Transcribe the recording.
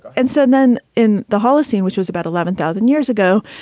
and so then in the holocene, which was about eleven thousand years ago,